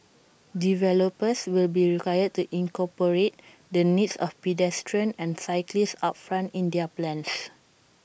developers will be required to incorporate the needs of pedestrians and cyclists upfront in their plans